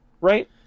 right